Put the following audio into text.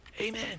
Amen